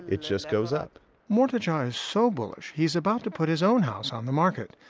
it just goes up mortja is so bullish, he's about to put his own house on the market.